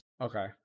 okay